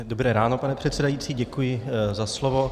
Dobré ráno, pane předsedající, děkuji za slovo.